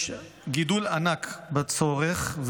יש גידול ענק בצורך.